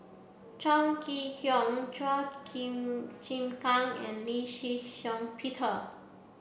Chong Kee Hiong Chua Chim Chin Kang and Lee Shih Shiong Peter